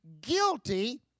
guilty